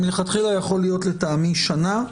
זה מלכתחילה יכול להיות לטעמי שנה.